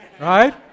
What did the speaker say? right